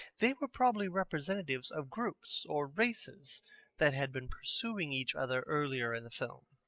they were probably representatives of groups or races that had been pursuing each other earlier in the film.